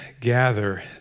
gather